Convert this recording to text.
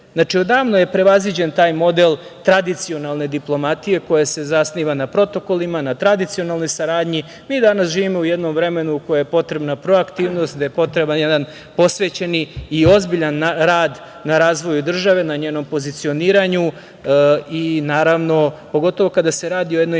zemlju. Znači, odavno je prevaziđen taj model tradicionalne diplomatije koji se zasniva na protokolima, na tradicionalnoj saradnji. Mi danas živimo u jednom vremenu u kojem je potrebna proaktivnost, gde je potreban jedan posvećeni i ozbiljan rad na razvoju države, na njenom pozicioniranju i pogotovo kada se radi o jednoj